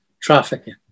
trafficking